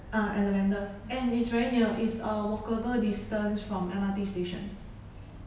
ah at lavender and it's very near it's uh walkable distance from M_R_T station